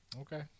Okay